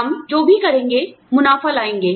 हम जो भी करेंगे मुनाफा लाएंगे